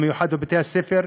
ובמיוחד בבתי-הספר,